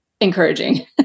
encouraging